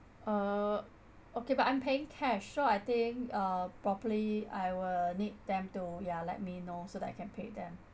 uh okay but I'm paying cash so I think uh probably I will need them to ya let me know so that I can pay them